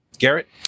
Garrett